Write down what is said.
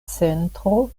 centro